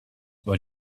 what